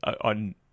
on